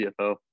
CFO